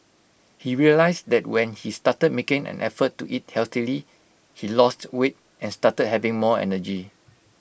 he realised that when he started making an effort to eat healthily he lost weight and started having more energy